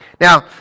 Now